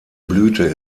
blüte